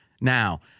Now